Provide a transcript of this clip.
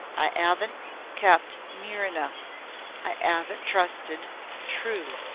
i aven't kept near enough i aven't trusted true.